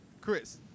Chris